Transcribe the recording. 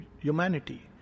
humanity